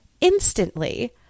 instantly